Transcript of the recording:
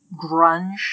grunge